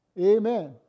Amen